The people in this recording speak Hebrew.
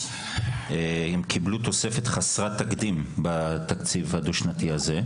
הם קיבלו תוספת חסרת תקדים בתקציב הדו שנתי הזה,